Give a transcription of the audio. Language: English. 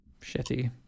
shitty